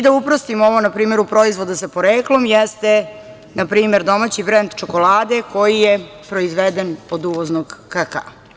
Da uprostimo ovo na primeru proizvoda sa poreklom jeste npr. domaći brend čokolade koji je proizvedene od uvoznog kakaa.